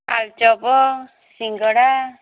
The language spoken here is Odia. ଆଳୁଚପ ସିଙ୍ଗଡ଼ା